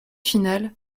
finale